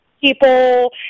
people